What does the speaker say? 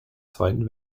zweiten